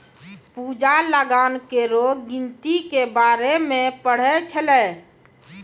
पूजा लगान केरो गिनती के बारे मे पढ़ै छलै